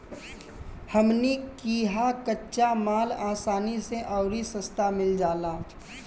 हमनी किहा कच्चा माल असानी से अउरी सस्ता मिल जाला